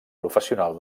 professional